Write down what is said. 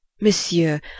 Monsieur